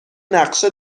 نقشه